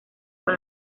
con